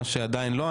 מה שעדיין לא,